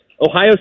Ohio